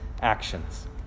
actions